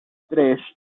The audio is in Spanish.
tres